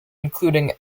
including